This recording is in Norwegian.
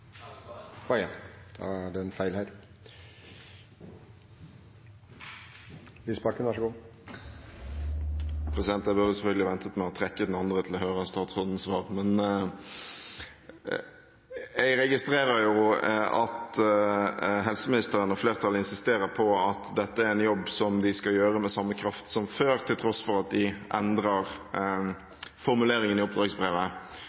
Jeg burde selvfølgelig ha ventet med å trekke den andre til jeg hadde hørt statsrådens svar. Jeg registrerer at helseministeren og flertallet insisterer på at dette er en jobb som de skal gjøre med samme kraft som før, til tross for at de endrer formuleringen i oppdragsbrevet.